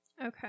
okay